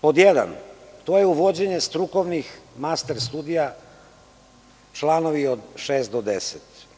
Pod jedan, to je uvođenje strukovnih master studija, i to su članovi od 6-10.